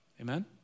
Amen